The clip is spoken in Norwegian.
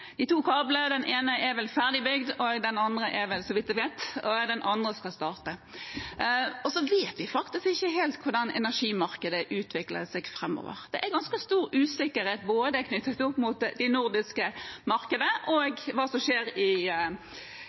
de to kablene. Den ene er vel ferdigbygd, så vidt jeg vet, og den andre skal starte. Så vet vi faktisk ikke helt hvordan energimarkedet utvikler seg framover. Det er ganske stor usikkerhet, både knyttet til det nordiske markedet og til hva som skjer i